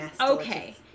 Okay